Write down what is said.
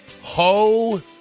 Ho